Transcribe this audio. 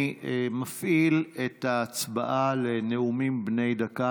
אני מפעיל את ההצבעה לנאומים בני דקה.